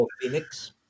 Phoenix